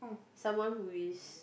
someone who is